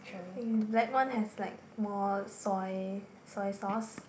the black one has like more soy soy sauce